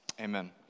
amen